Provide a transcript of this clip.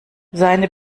seine